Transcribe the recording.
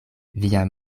via